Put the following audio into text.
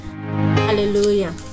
hallelujah